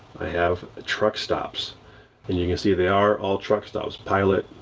i have truck stops and you can see they are all trucks stops. pilot,